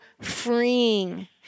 freeing